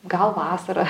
gal vasara